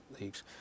leagues